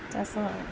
ଚାଷ ଆଉ